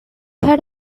had